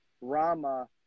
Rama